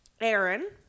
Aaron